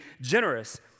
generous